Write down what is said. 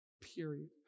period